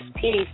peace